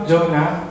Jonah